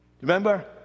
Remember